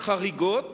חריגות